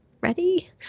ready